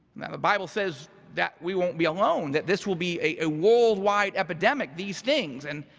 now the bible says that we won't be alone, that this will be a worldwide epidemic, these things. and